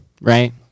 right